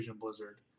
Blizzard